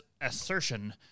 assertion